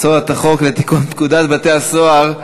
הצעת חוק לתיקון פקודת בתי-הסוהר,